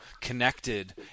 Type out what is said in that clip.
connected